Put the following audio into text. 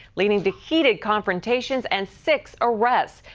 leading to heated confrontations and six arrests,